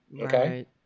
Okay